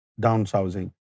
Downsizing